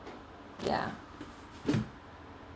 ya